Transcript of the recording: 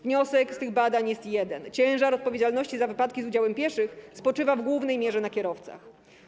Wniosek z tych badań jest jeden: ciężar odpowiedzialności za wypadki z udziałem pieszych spoczywa w głównej mierze na kierowcach.